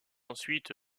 ensuite